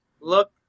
look